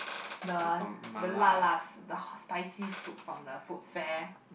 the the la la the spicy soup from the food fair